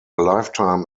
lifetime